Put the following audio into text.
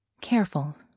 careful